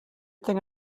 thing